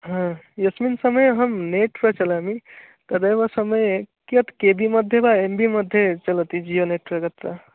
ह यस्मिन् समये अहं नेट् प्रचलामि तदेव समये कियत् के बि मध्ये वा एम् बि मध्ये चलति जियो नेट्वर्क् अत्र